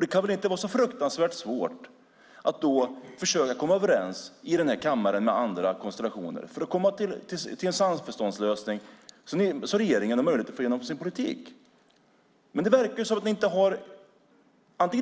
Det kan väl inte vara så fruktansvärt svårt att försöka komma överens med andra konstellationer här i kammaren för att få en samförståndslösning så att regeringen har möjlighet att få igenom sin politik. Det verkar som om ni inte har